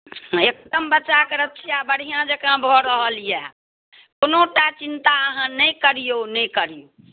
हँ एकदम बच्चाके रक्षा बढ़िआँ जँका भऽ रहल यए कोनो टा चिन्ता अहाँ नहि करियौ नहि करियौ